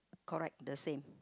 correct the same